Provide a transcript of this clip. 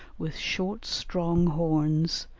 with short strong horns,